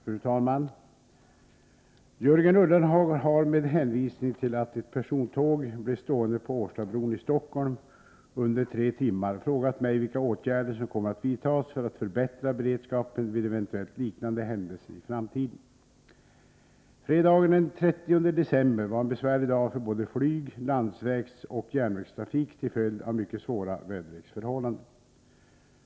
Fru talman! Jörgen Ullenhag har, med hänvisning till att ett persontåg blev stående på Årstabron i Stockholm under tre timmar, frågat mig vilka åtgärder som kommer att vidtas för att förbättra beredskapen vid eventuellt liknande händelser i framtiden. Fredagen den 30 december var en besvärlig dag för både flyg-, landsvägsoch järnvägstrafik till följd av mycket svåra väderleksförhållanden.